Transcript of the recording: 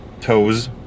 toes